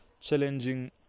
challenging